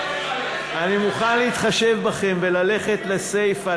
אני מוכן להתחשב בכם וללכת לסיפה,